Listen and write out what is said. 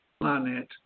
planet